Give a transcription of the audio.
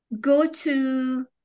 go-to